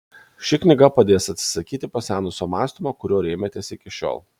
ši knyga padės atsisakyti pasenusio mąstymo kuriuo rėmėtės iki šiol